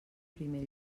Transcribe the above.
primer